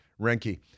Renke